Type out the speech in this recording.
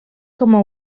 coma